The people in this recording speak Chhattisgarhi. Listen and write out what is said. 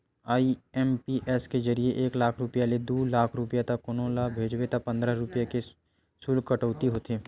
आई.एम.पी.एस के जरिए एक लाख रूपिया ले दू लाख रूपिया तक कोनो ल भेजबे त पंद्रह रूपिया के सुल्क कटउती होथे